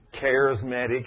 charismatic